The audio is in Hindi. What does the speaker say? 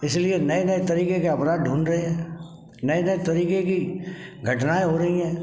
इसलिए नये नये तरीके के अपराध ढूँढ रहे हैं नये नये तरीके की घटनाएं हो रही हैं